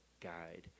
guide